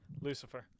Lucifer